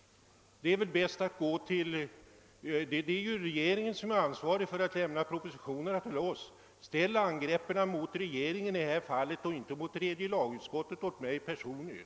Det är ju regeringen som är ansvarig för att propositionerna lämnas. Angrip den och inte tredje lagutskottet och mig personligen!